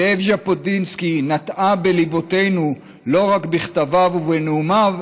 "זאב ז'בוטינסקי נטעה בליבותינו לא רק בכתביו ובנאומיו,